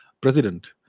president